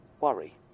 Worry